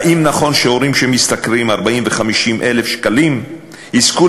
האם נכון שהורים שמשתכרים 40,000 ו-50,000 שקלים יזכו